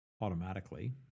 automatically